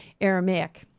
Aramaic